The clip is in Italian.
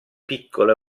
piccolo